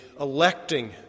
electing